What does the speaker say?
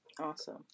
Awesome